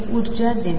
ऊर्जा देते